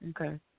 Okay